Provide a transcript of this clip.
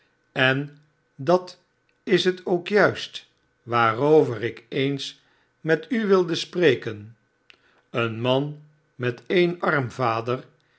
ien dat is het ook juist waarover ik eens met u wilde spreken een man met e'en arm vader